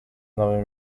nowym